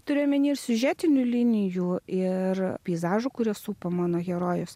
turiu omeny ir siužetinių linijų ir peizažų kurie supa mano herojus